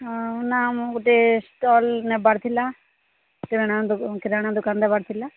ହଁ ନାଁ ମୋର ଗୋଟେ ଷ୍ଟଲ୍ ନେବାର ଥିଲା କିରା କିରାନା ଦେବାର ଥିଲା